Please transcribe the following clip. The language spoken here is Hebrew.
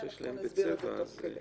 אנחנו נסביר את זה תוך כדי.